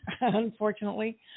unfortunately